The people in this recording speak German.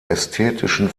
ästhetischen